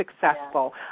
successful